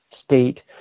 state